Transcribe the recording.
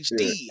hd